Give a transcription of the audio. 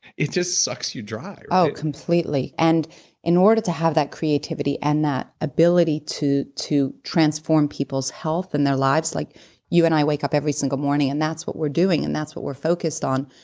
it just sucks you dry oh completely. in order to have that creativity and that ability to to transform people's health and their lives, like you and i wake up every single morning and that's what we're doing and that's what we're focused on,